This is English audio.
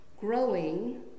growing